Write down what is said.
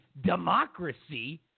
democracy